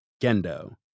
Gendo